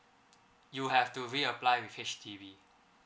you have to reapply with H_D_B